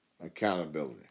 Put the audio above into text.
accountability